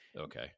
okay